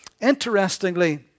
Interestingly